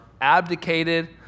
abdicated